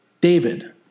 David